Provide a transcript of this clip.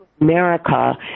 America